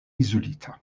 izolita